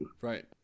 Right